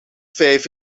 vijf